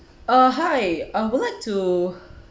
uh hi I would like to